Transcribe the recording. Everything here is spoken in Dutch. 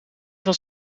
was